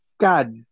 God